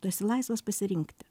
tu esi laisvas pasirinkti